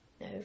no